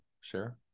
share